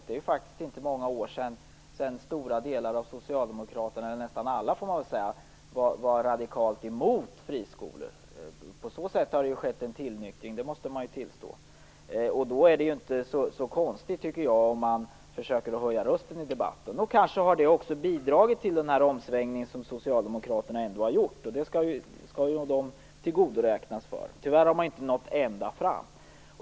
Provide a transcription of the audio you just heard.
Det är faktiskt inte många år sedan stora delar av socialdemokraterna - nästan alla får man nog säga - var radikalt emot friskolor. På så sätt har det skett en tillnyktring; det måste man tillstå. Då är det inte så konstigt om vi försöker höja rösten i debatten. Kanske har det också bidragit till den omsvängning som socialdemokraterna ända har gjort. Det skall tillgodoräknas dem. Tyvärr har de inte nått ända fram.